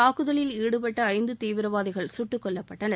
தாக்குதல் ஈடுபட்ட ஐந்து தீவிரவாதிகள் சுட்டுக்கொல்லப்பட்டனர்